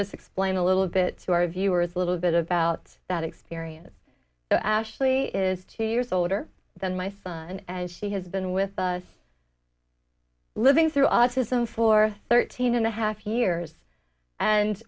just explain a little bit to our viewers a little bit about that experience so ashley is two years older than my son as she has been with living through autism for thirteen and a half years and